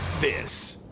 this.